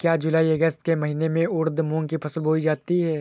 क्या जूलाई अगस्त के महीने में उर्द मूंग की फसल बोई जाती है?